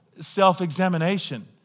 self-examination